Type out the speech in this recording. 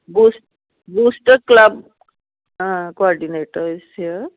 ਬੂਸ booster club ਹਾਂ coordinator is hair